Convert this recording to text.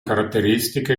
caratteristiche